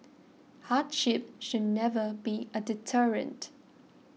hardship should never be a deterrent